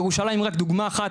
ירושלים היא רק דוגמה אחת,